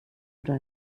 oder